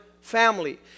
family